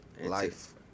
Life